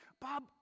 Bob